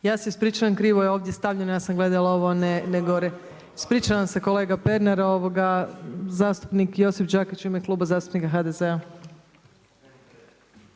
Ja se ispričavam krivo je ovdje stavljeno, ja sam gledala ovo, a ne gore. Ispričavam se kolega Pernar. Zastupnik Josip Đakić u ime Kluba zastupnika HDZ-a.